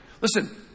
Listen